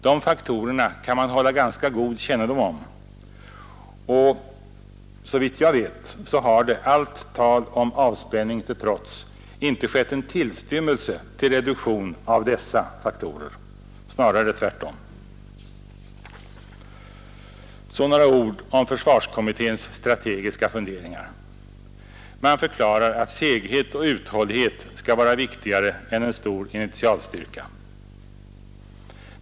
De faktorerna kan man hålla ganska god kännedom om och såvitt jag vet har det — allt tal om avspänning till trots — inte skett en tillstymmelse till reduktion av dessa faktorer, snarare tvärtom, Så några ord om försvarsutredningens strategiska funderingar. Man förklarar att seghet och uthållighet skall vara viktigare än en stor initialstyrka.